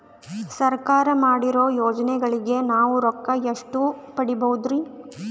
ಸರ್ಕಾರ ಮಾಡಿರೋ ಯೋಜನೆಗಳಿಗೆ ನಾವು ರೊಕ್ಕ ಎಷ್ಟು ಪಡೀಬಹುದುರಿ?